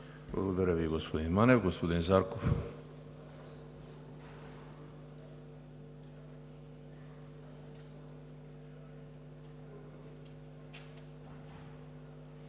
Благодаря Ви, господин Манев. Господин Зарков?